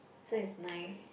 so is nine